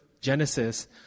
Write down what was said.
Genesis